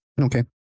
Okay